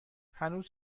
هنوز